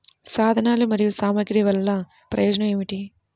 సాధనాలు మరియు సామగ్రి వల్లన ప్రయోజనం ఏమిటీ?